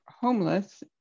homeless